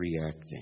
reacting